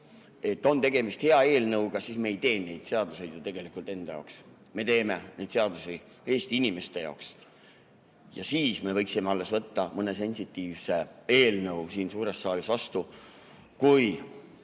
et on tegemist hea eelnõuga – me ei tee neid seadusi ju tegelikult enda jaoks, me teeme neid seadusi Eesti inimeste jaoks. Siis me võiksime alles võtta mõne sensitiivse eelnõu siin suures saalis vastu, kui